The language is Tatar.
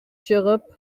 чыгып